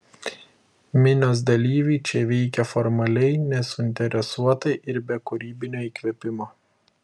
minios dalyviai čia veikė formaliai nesuinteresuotai ir be kūrybinio įkvėpimo